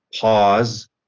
pause